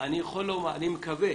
אני מקווה